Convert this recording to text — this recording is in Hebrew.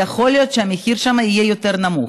יכול להיות שהמחיר שם יהיה יותר נמוך,